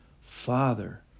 Father